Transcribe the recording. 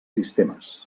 sistemes